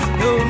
no